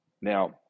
Now